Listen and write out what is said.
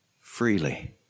freely